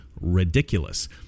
ridiculous